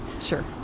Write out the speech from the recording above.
Sure